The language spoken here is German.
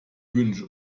wünsche